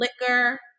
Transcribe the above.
liquor